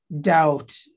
doubt